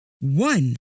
one